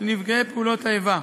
לנפגעי פעולות האיבה.